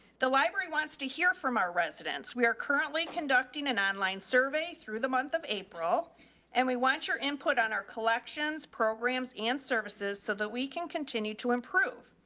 the library wants to hear from our residents. we are currently conducting an online survey through the month of april and we want your input on our collections programs and services so that we can continue to improve.